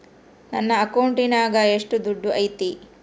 ನನ್ನ ಅಕೌಂಟಿನಾಗ ಎಷ್ಟು ದುಡ್ಡು ಐತಿ?